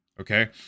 Okay